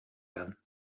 werden